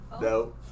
No